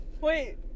Wait